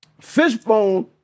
Fishbone